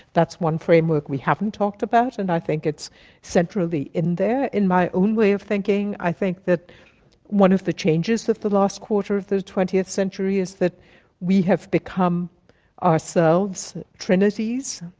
that's one framework we haven't talked about, and i think it's centrally in there. in my own way of thinking, i think that one of the changes of the last quarter of the twentieth century is that we have become ourselves trinities,